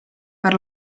per